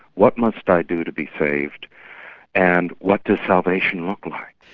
what must i do to be saved and what does salvation look like?